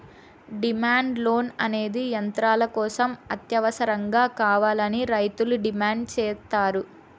demand loan అనేది యంత్రాల కోసం అత్యవసరంగా కావాలని రైతులు డిమాండ్ సేత్తారు